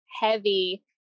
heavy